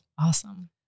Awesome